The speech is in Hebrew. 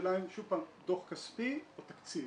השאלה היא שוב פעם דוח כספי או תקציב,